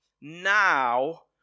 Now